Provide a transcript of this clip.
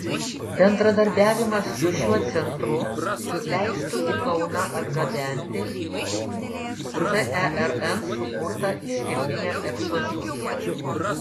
bendradarbiavimas su šiuo centru leistų į kauną atgabenti cern sukurtą išskirtinę ekspoziciją